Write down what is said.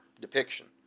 depiction